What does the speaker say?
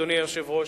אדוני היושב-ראש,